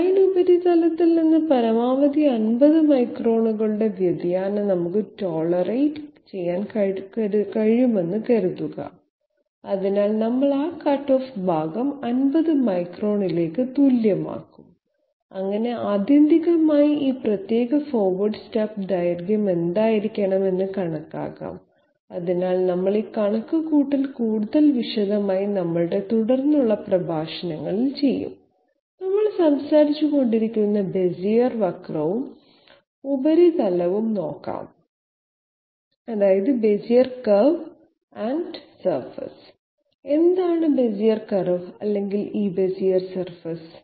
design ഉപരിതലത്തിൽ നിന്ന് പരമാവധി 50 മൈക്രോണുകളുടെ വ്യതിയാനം നമുക്ക് ടോളറേറ്റ് ചെയ്യാൻ കഴിയുമെന്ന് കരുതുക അതിനാൽ നമ്മൾ ആ കട്ട് ഓഫ് ഭാഗം 50 മൈക്രോണിലേക്ക് തുല്യമാക്കും അങ്ങനെ ആത്യന്തികമായി ഈ പ്രത്യേക ഫോർവേഡ് സ്റ്റെപ്പ് ദൈർഘ്യം എന്തായിരിക്കണം എന്ന് കണക്കാക്കാം അതിനാൽ നമ്മൾ ഈ കണക്കുകൂട്ടൽ കൂടുതൽ വിശദമായി നമ്മളുടെ തുടർന്നുള്ള പ്രഭാഷണങ്ങളിൽ ചെയ്യും നമ്മൾ സംസാരിച്ചുകൊണ്ടിരിക്കുന്ന ബെസിയർ വക്രവും ഉപരിതലവും നോക്കാം എന്താണ് ബെസിയർ കർവ് അല്ലെങ്കിൽ ബെസിയർ സർഫസ്